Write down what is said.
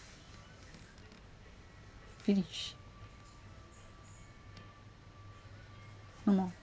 finish no more